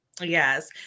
Yes